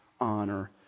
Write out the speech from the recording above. honor